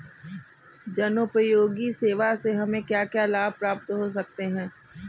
जनोपयोगी सेवा से हमें क्या क्या लाभ प्राप्त हो सकते हैं?